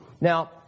Now